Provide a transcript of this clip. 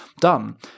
done